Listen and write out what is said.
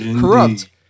Corrupt